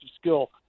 skill